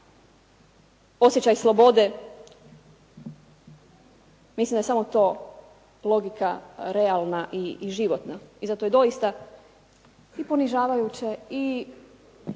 osjećaj slobode, mislim da je samo to logika realna i životna. I zato je doista i ponižavajuće i